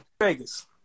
Vegas